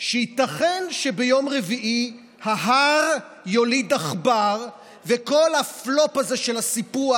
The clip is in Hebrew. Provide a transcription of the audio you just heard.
שייתכן שביום רביעי ההר יוליד עכבר וכל הפלופ הזה של הסיפוח,